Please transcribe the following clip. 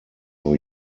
new